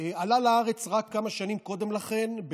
עלה לארץ רק כמה שנים קודם לכן,